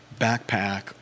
backpack